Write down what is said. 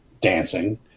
dancing